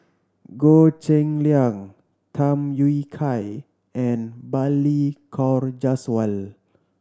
Goh Cheng Liang Tham Yui Kai and Balli Kaur Jaswal